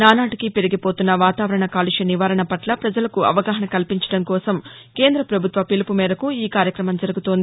నానాటికీ పెరిగిపోతున్న వాతావరణ కాలుష్య నివారణ పట్ల ప్రజలకు అవగాహన కల్పించడం కోసం కేంద్ర ప్రభుత్వ పిలుపు మేరకు ఈ కార్యక్రమం జరుగుతోంది